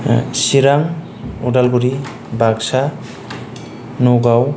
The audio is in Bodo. चिरां उदालगुरि बाकसा नगाव